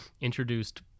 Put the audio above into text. introduced